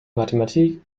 mathematik